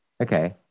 Okay